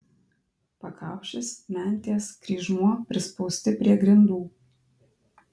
pakaušis mentės kryžmuo prispausti prie grindų